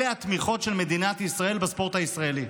אלה התמיכות של מדינת ישראל בספורט הישראלי.